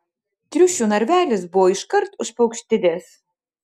triušių narvelis buvo iškart už paukštides